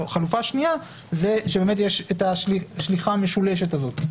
חלופה שנייה היא שבאמת יש את השליחה המשולשת הזאת.